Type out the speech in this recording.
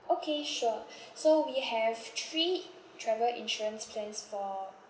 okay sure so we have three travel insurance plans for